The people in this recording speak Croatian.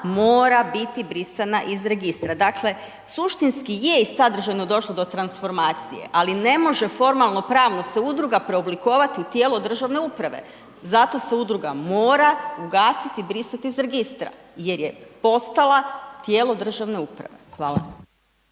mora biti brisana iz registra, dakle suštinski je i sadržajno došlo do transformacije, ali ne može formalno pravno se udruga preoblikovati u tijelo državne uprave, zato se udruga mora ugasiti i brisati iz registra jer je postala tijelo državne uprave. Hvala.